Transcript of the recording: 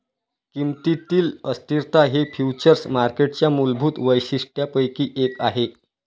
किमतीतील अस्थिरता हे फ्युचर्स मार्केटच्या मूलभूत वैशिष्ट्यांपैकी एक आहे